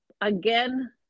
again